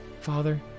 Father